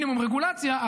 ומינימום רגולציה,